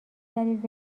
دلیل